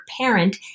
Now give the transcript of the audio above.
parent